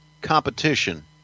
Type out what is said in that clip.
competition